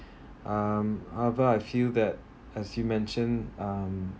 um however I feel that as you mention um